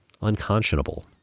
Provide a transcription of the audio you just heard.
unconscionable